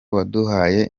waduhaye